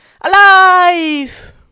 Alive